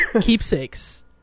Keepsakes